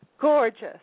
gorgeous